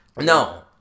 No